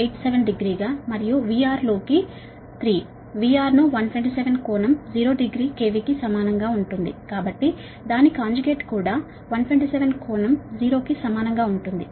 87 డిగ్రీగా మరియు 3 లోకి VR VR ను 127 కోణం 0 డిగ్రీ KV కి సమానంగా ఉంటుంది కాబట్టి దాని కాంజుగేట్ కూడా 127 కోణం 0 కి సమానంగా ఉంటుంది